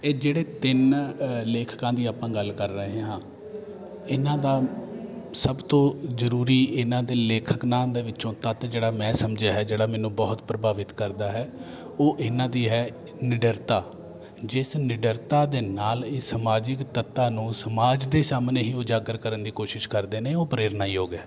ਇਹ ਜਿਹੜੇ ਤਿੰਨ ਲੇਖਕਾਂ ਦੀ ਆਪਾਂ ਗੱਲ ਕਰ ਰਹੇ ਹਾਂ ਇਹਨਾਂ ਦਾ ਸਭ ਤੋਂ ਜ਼ਰੂਰੀ ਇਹਨਾਂ ਦੇ ਲੇਖਕ ਨਾਂ ਦੇ ਵਿੱਚੋਂ ਤੱਤ ਜਿਹੜਾ ਮੈਂ ਸਮਝਿਆ ਹੈ ਜਿਹੜਾ ਮੈਨੂੰ ਬਹੁਤ ਪ੍ਰਭਾਵਿਤ ਕਰਦਾ ਹੈ ਉਹ ਇਹਨਾਂ ਦੀ ਹੈ ਨਿਡਰਤਾ ਜਿਸ ਨਿਡਰਤਾ ਦੇ ਨਾਲ ਇਹ ਸਮਾਜਿਕ ਤੱਤਾਂ ਨੂੰ ਸਮਾਜ ਦੇ ਸਾਹਮਣੇ ਹੀ ਉਜਾਗਰ ਕਰਨ ਦੀ ਕੋਸ਼ਿਸ਼ ਕਰਦੇ ਨੇ ਉਹ ਪ੍ਰੇਰਣਾਯੋਗ ਹੈ